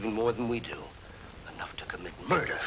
even more than we do now to commit murder